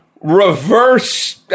reverse